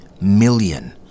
million